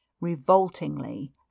revoltingly